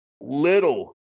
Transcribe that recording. little